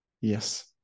yes